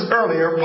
earlier